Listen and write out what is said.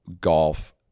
golf